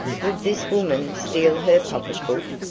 would this woman steal her pocketbook?